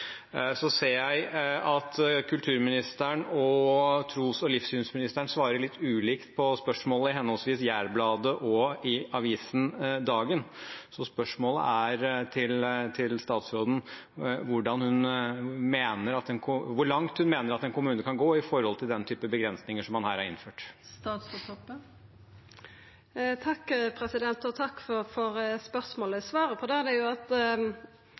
Så ser jeg at kulturministeren og tros- og livssynsministeren svarer litt ulikt på spørsmålet i henholdsvis Jærbladet og avisen Dagen. Så spørsmålet til statsråden er: Hvor langt mener hun en kommune kan gå med tanke på den typen begrensninger som man her har innført? Takk for spørsmålet. Svaret på det er at eg er usikker på kva rolle staten har opp mot kva ein kommune gjer. Eg har jo følgt med på at